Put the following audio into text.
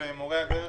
לגבי מורי הדרך,